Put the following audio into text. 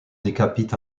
décapite